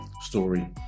story